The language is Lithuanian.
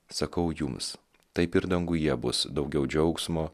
sakau jums taip ir danguje bus daugiau džiaugsmo